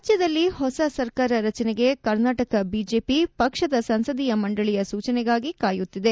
ರಾಜ್ಲದಲ್ಲಿ ಹೊಸ ಸರ್ಕಾರ ರಚನೆಗೆ ಕರ್ನಾಟಕ ಬಿಜೆಪಿ ಪಕ್ಷದ ಸಂಸದೀಯ ಮಂಡಳಿಯ ಸೂಚನೆಗಾಗಿ ಕಾಯುತ್ತಿದೆ